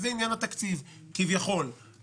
בעניין התקציב כביכול.